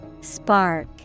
Spark